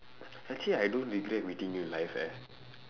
actually I don't regret meeting you in life eh